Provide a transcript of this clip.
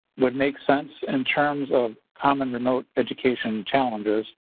would make sense in terms of common remote education challenges,